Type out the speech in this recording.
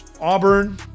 Auburn